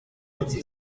ati